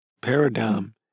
paradigm